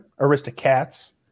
Aristocats